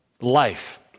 life